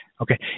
Okay